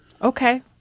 Okay